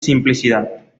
simplicidad